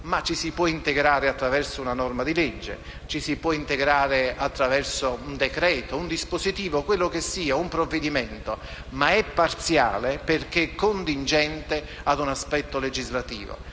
Ci si può, però, integrare attraverso una norma di legge; ci si può integrare attraverso un decreto, un dispositivo, un provvedimento; ma ciò è parziale, perché contingente all'aspetto legislativo.